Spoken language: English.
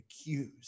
accused